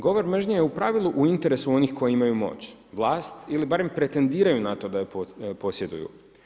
Govor mržnje je u pravilu u interesu onih koji imaju moć, vlast ili barem pretendiraju na to da ju posjeduju.